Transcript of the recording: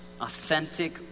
authentic